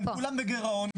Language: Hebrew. כולם בגירעון,